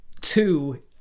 two